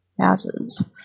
houses